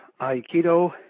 Aikido